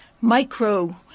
micro